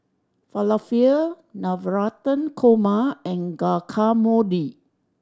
Falafel Navratan Korma and Guacamole